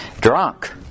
Drunk